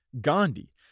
Gandhi